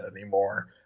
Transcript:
anymore